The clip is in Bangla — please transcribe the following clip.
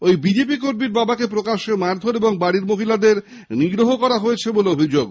ঐ বিজেপি কর্মীর বাবাকে প্রকাশ্যে মারধোর ও বাড়ির মহিলাদের নিগ্রহ করা হয় বলে অভিযোগ